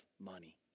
money